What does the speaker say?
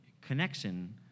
connection